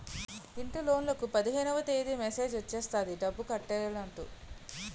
ఇంటిలోన్లకు పదిహేనవ తేదీ మెసేజ్ వచ్చేస్తది డబ్బు కట్టైనట్టు